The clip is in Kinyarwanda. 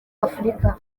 afurika